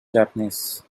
japanese